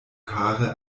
kare